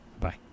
Bye